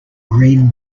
green